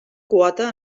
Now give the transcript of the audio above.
quota